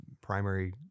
primary